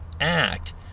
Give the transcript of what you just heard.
act